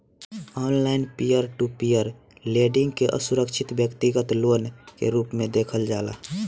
online peer to peer lending के असुरक्षित व्यतिगत लोन के रूप में देखल जाला